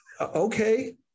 okay